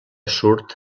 surt